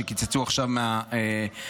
שקיצצו עכשיו מההכשרות,